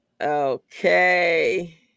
Okay